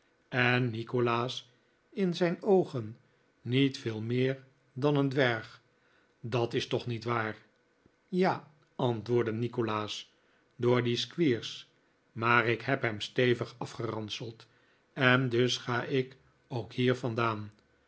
en nikolaas in zijn oogen niet veel meer dan een dwerg dat is toch niet waar ja antwoordde nikolaas door dien squeers maar ik heb hem stevig afgeranseld en dus ga ik ook hier vandaan